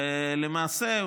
למעשה,